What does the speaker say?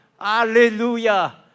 Hallelujah